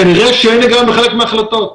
כנראה שאלה גם חלק מההחלטות.